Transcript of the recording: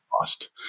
lost